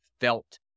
felt